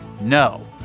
No